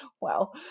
Wow